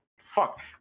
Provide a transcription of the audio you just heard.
fuck